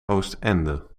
oostende